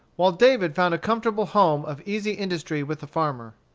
while david found a comfortable home of easy industry with the farmer.